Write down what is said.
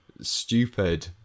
stupid